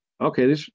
okay